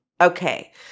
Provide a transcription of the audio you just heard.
Okay